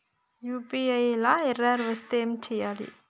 UPI లా error వస్తే ఏం చేయాలి?